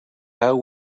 how